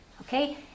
Okay